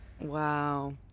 Wow